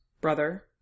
brother